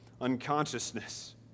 unconsciousness